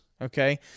okay